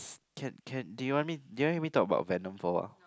can can do you want me do you want me talk about Venom for a while